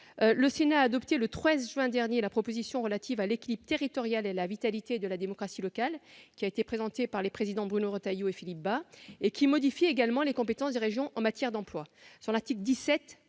le Sénat a adopté le 13 juin dernier la proposition de loi relative à l'équilibre territorial et à la vitalité de la démocratie locale présentée par nos collègues Bruno Retailleau et Philippe Bas, qui modifie également les compétences des régions en matière d'emploi.